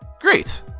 Great